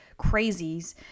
crazies